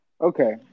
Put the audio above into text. Okay